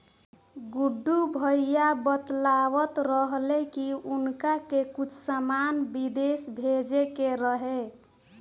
गुड्डू भैया बतलावत रहले की उनका के कुछ सामान बिदेश भेजे के रहे